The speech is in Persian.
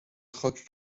خاکی